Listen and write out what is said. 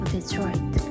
Detroit